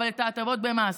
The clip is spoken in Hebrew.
אבל את ההטבות במס.